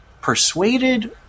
persuaded